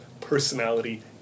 personality